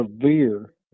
severe